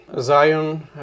Zion